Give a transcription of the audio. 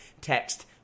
text